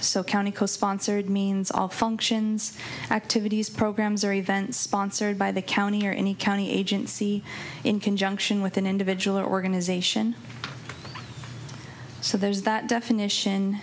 so county co sponsored means all functions activities programs or event sponsored by the county or any county agency in conjunction with an individual or organization so there's that definition